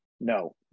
No